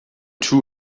two